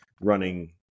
running